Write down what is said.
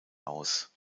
aus